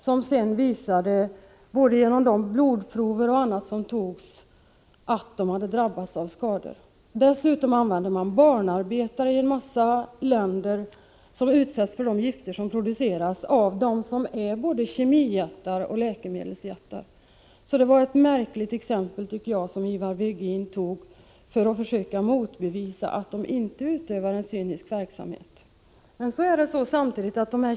Senare visades genom bl.a. blodprov att de hade drabbats av skador. Dessutom användes i en mängd länder barnarbetare, som utsattes för gifter som produceras av kemijättar och läkemedelsjättar. Därför tycker jag att det var ett märkligt exempel som Ivar Virgin tog för att motbevisa att dessa företag inte gör sig skyldiga till en cynisk verksamhet.